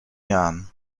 jahren